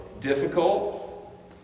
difficult